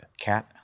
Cat